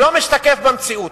שלא משתקף במציאות.